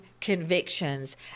convictions